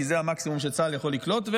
כי זה המקסימום שצה"ל יכול לקלוט,